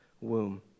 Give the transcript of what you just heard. womb